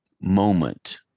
moment